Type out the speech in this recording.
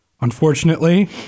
unfortunately